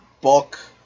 book